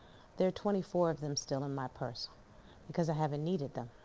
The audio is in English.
there are twenty four of them still in my purse because i haven't needed them.